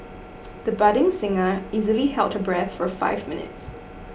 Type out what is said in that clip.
the budding singer easily held her breath for five minutes